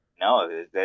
No